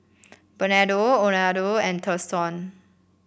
Bernardo Orlando and Thurston